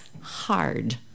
hard